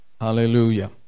Hallelujah